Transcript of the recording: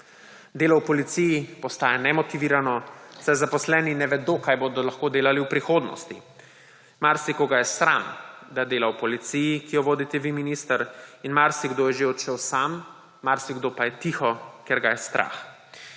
Delo v policiji postaja nemotivirano, saj zaposleni ne vedo, kaj bodo lahko delali v prihodnosti. Marsikoga je sram, da dela v policiji, ki jo vodite vi, minister, in marsikdo je že odšel sam, marsikdo pa je tiho, ker ga je strah.